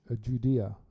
Judea